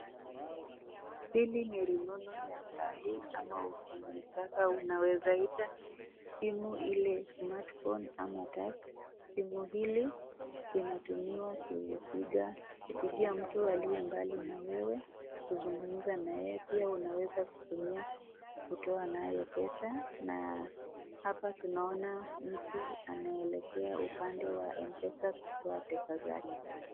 Hili ni rununu ya sai ama ukitaka unaweza ita simu ile smart phone ama touch . Simu hili linatumiwa kuipiga kupigia mtu aliye mbali na wewe kuzungumza na yeye ,pia kuweza kutumia kutoa nayo pesa na hapa tunaona mtu anaelekea upande wa Mpesa kutoa pesa zake.